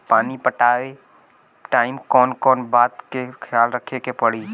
पानी पटावे टाइम कौन कौन बात के ख्याल रखे के पड़ी?